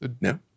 No